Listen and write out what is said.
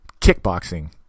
kickboxing